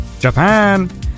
Japan